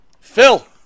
Phil